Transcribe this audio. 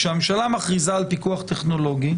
כשהממשלה מכריזה על פיקוח טכנולוגי,